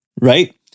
Right